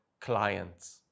clients